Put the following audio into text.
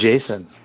Jason